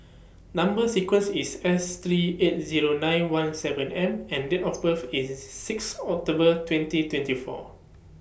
Number sequence IS S three eight Zero nine one seven M and Date of birth IS six October twenty twenty four